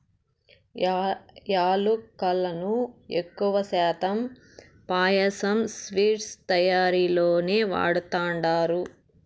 యాలుకలను ఎక్కువ శాతం పాయసం, స్వీట్స్ తయారీలోనే వాడతండారు